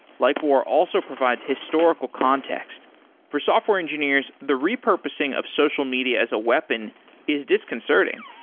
likewar also provides historical context for software engineers, the repurposing of social media as a weapon is disconcerting.